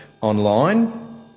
online